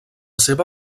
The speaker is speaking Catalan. seva